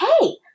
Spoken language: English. hey